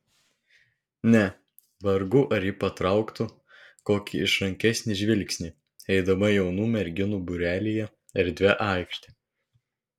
ne vargu ar ji patrauktų kokį išrankesnį žvilgsnį eidama jaunų merginų būrelyje erdvia aikšte